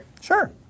Sure